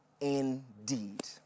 indeed